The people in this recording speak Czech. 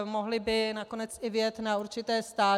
Mohli by nakonec i vyjet na určité stáže.